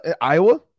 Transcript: Iowa